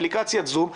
אפליקציית זום.